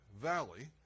valley